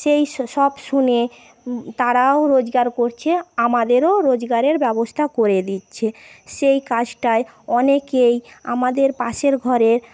সেই স সব শুনে তারাও রোজগার করছে আমাদেরও রোজগারের ব্যবস্থা করে দিচ্ছে সেই কাজটায় অনেকেই আমাদের পাশের ঘরে